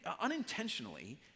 unintentionally